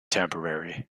temporary